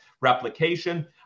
replication